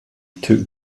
took